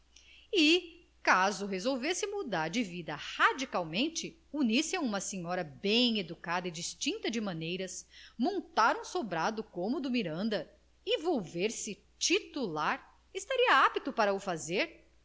e caso resolvesse mudar de vida radicalmente unir-se a uma senhora bem educada e distinta de maneiras montar um sobrado como o do miranda e volver se titular estaria apto para o fazer